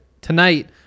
Tonight